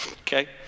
okay